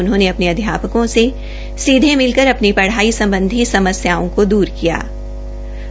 उन्होंने अपने अध्यापकों से सीधे मिलकर अपनी पढ़ाई सम्बधी समस्याओं को दूर किया है